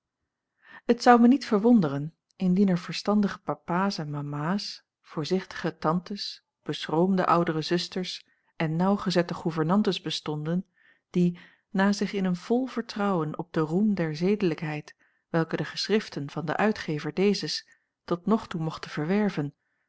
het zou mij niet verwonderen indien er verstandige papaas en mamaas voorzichtige tantes beschroomde oudere zusters en naauwgezette gouvernantes bestonden die na zich in een vol vertrouwen op den roem der zedelijkheid welken de geschriften van den uitgever dezes tot nog toe mochten verwerven